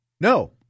No